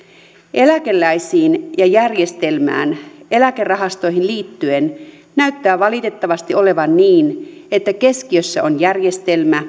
eläkeläisiin ja järjestelmään eläkerahastoihin liittyen näyttää valitettavasti olevan niin että keskiössä on järjestelmä